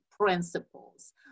principles